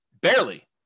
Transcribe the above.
barely